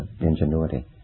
ingenuity